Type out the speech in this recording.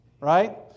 right